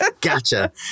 Gotcha